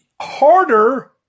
harder